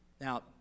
Now